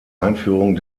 einführung